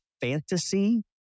fantasy